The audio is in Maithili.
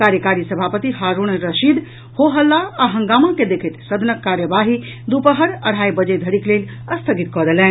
कार्यकारी सभापति हारूण रशीद हो हल्ला आ हंगामा के देखैत सदनक कार्यवाही दुपहर अढाई बजे धरिक लेल स्थगित कऽ देलनि